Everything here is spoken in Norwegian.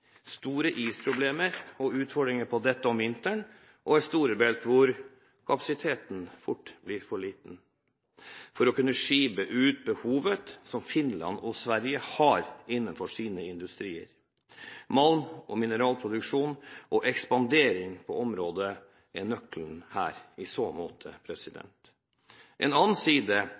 og sine store utfordringer om vinteren med isproblemer, og Storebælt, hvor utskipningskapasiteten fort blir for liten i forhold til behovet som Finland og Sverige har innenfor industrien. Malm- og mineralproduksjon og ekspandering på området er nøkkelen her. En annen side er Norges muligheter til energiproduksjon i